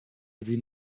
sie